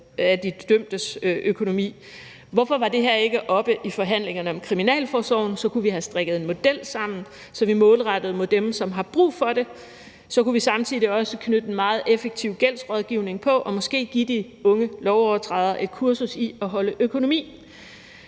af de dømtes økonomi. Hvorfor var det her ikke oppe i forhandlingerne om kriminalforsorgen? Så kunne vi have strikket en model sammen, så vi målrettede det mod dem, som har brug for det. Så kunne vi samtidig også knytte en meget effektiv gældsrådgivning til det og måske give de unge lovovertrædere et kursus i at holde økonomi,